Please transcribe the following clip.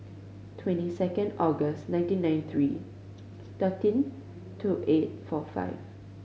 twenty second August nineteen ninety three thirteen two eight four five